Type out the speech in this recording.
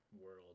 world